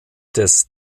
des